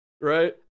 Right